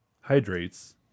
hydrates